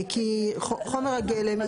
כי חומר הגלם,